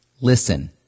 listen